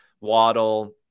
Waddle